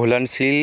घुलनशील